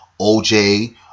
OJ